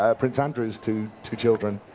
ah prince andrews' two two children.